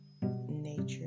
nature